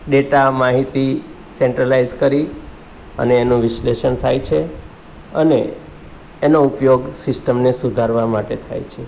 data માહિતી centralise કરી અને એનું વિશ્લેષણ થાય છે અને એનો ઉપયોગ સિસ્ટમને સુધારવા માટે થાય છે